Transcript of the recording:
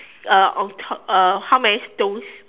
uh on top uh how many stones